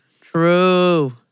True